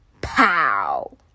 Pow